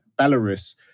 Belarus